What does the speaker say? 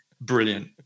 Brilliant